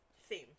theme